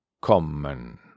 kommen